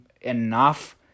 enough